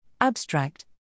Abstract